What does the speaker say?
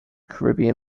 caribbean